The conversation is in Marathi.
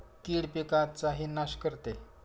कीड पिकाचाही नाश करते